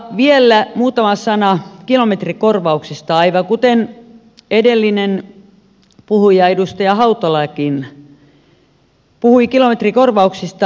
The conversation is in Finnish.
vielä muutama sama kilometrikorvauksista aivan kuten edellinenkin puhuja edustaja hautala puhui kilometrikorvauksista